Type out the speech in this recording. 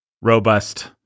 robust